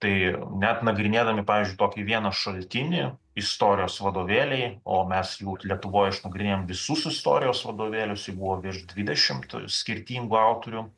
tai net nagrinėdami pavyzdžiui tokį vieną šaltinį istorijos vadovėliai o mes jų lietuvoj išnagrinėjom visus istorijos vadovėlius jų buvo virš dvidešimt skirtingų autorių